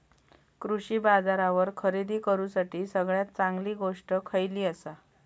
कृषी बाजारावर खरेदी करूसाठी सगळ्यात चांगली गोष्ट खैयली आसा?